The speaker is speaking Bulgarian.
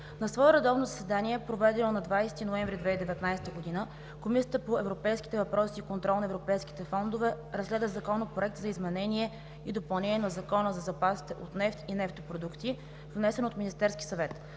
На свое редовно заседание, проведено на 20 ноември 2019 г., Комисията по европейските въпроси и контрол на европейските фондове разгледа Законопроект за изменение и допълнение на Закона за запасите от нефт и нефтопродукти, внесен от Министерския съвет.